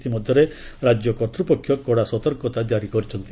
ଇତିମଧ୍ୟରେ ରାଜ୍ୟ କର୍ତ୍ତୃପକ୍ଷ କଡ଼ା ସତର୍କତା ଜାରି କରିଛନ୍ତି